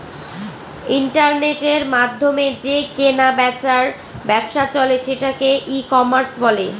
ইন্টারনেটের মাধ্যমে যে কেনা বেচার ব্যবসা চলে সেটাকে ই কমার্স বলে